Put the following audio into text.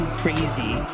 crazy